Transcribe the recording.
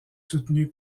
soutenue